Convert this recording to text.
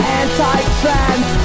anti-trans